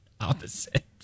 Opposite